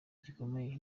gikomeye